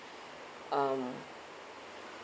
um